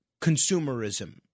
consumerism